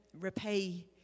repay